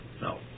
no